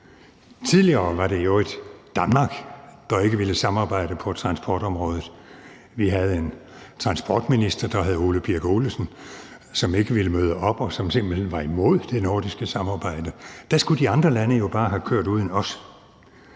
Tidligere var det i øvrigt Danmark, der ikke ville samarbejde på transportområdet. Vi havde en transportminister, der hed Ole Birk Olesen, som ikke ville møde op, og som simpelt hen var imod det nordiske samarbejde, og der skulle de andre lande jo bare have kørt uden os.